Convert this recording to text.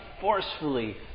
forcefully